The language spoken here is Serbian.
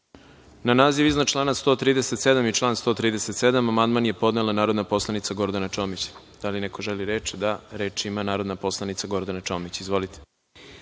naziv iznad člana 140. i član 140. amandman je podnela narodna poslanica Gordana Čomić. Da li neko želi reč? (Da.)Reč ima narodna poslanica Gordana Čomić. **Gordana